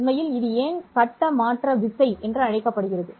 உண்மையில் இது ஏன் கட்ட மாற்ற விசை என்று அழைக்கப்படுகிறது